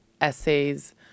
essays